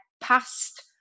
past